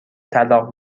طلاق